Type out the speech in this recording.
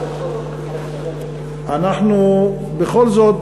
אנחנו בכל זאת,